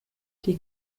die